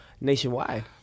nationwide